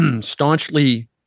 staunchly